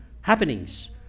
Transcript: happenings